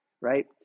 right